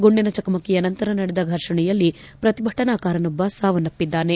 ಗುಂಡಿನ ಚಕಮಕಿಯ ನಂತರ ನಡೆದ ಫರ್ಷಣೆಗಳಲ್ಲಿ ಪ್ರತಿಭಟನಾಕಾರನೊಬ್ಬ ಸಾವನ್ನಬ್ಬಿದ್ದಾನೆ